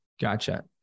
gotcha